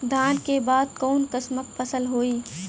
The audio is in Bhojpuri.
धान के बाद कऊन कसमक फसल होई?